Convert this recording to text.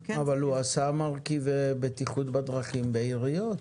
אבל הוא עשה מרכיבי בטיחות בדרכים בעיריות,